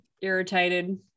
Irritated